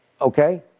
Okay